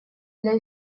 для